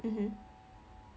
mmhmm